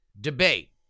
debate